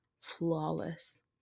flawless